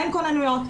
אין כונניות,